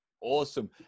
Awesome